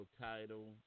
title